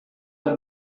the